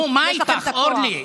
נו, מה איתך אורלי?